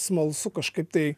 smalsu kažkaip tai